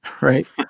right